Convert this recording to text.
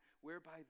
whereby